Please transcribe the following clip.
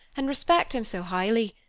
and respect him so highly,